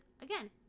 again